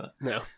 No